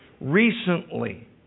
recently